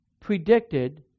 predicted